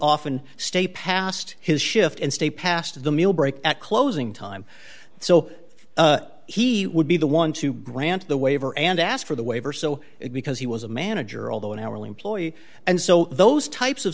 often stay past his shift and stay past the mill break at closing time so he would be the one to grant the waiver and ask for the waiver so it because he was a manager although an hourly employee and so those types of